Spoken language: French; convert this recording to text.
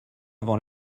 avant